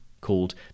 called